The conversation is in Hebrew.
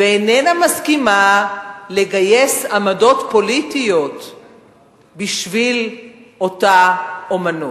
ואיננה מסכימה לגייס עמדות פוליטיות בשביל אותה אמנות.